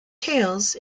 tails